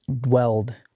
dwelled